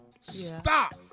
stop